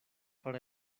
para